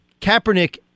Kaepernick